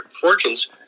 fortunes